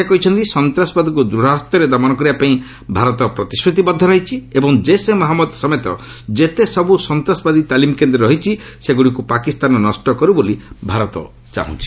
ସେ କହିଛନ୍ତି ସନ୍ତାସବାଦକୁ ଦୂଢ଼ହସ୍ତରେ ଦମନ କରିବାପାଇଁ ଭାରତ ପ୍ରତିଶ୍ରତିବଦ୍ଧ ରହିଛି ଏବଂ ଜୈସେ ମହଞ୍ଜଦ ସମେତ ଯେତେସବୁ ସନ୍ତାସବାଦୀ ତାଲିମ୍ କେନ୍ଦ୍ର ରହିଛି ସେଗୁଡ଼ିକୁ ପାକିସ୍ତାନ ନଷ୍ଟ କରୁ ବୋଲି ଭାରତ ଚାହୁଁଛି